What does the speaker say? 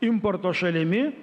importo šalimi